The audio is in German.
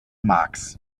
marx